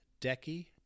Decky